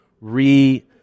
re